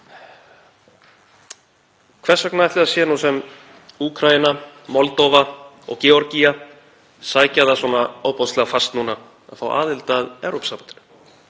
Hvers vegna ætli það sé nú sem Úkraína, Moldóva og Georgía sækja það svona ofboðslega fast að fá aðild að Evrópusambandinu?